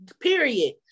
period